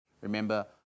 Remember